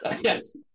yes